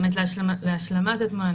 באמת להשלמת התמונה,